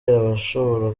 ashobora